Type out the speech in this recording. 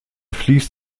fließt